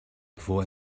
before